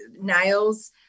Nails